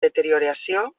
deterioració